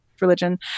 religion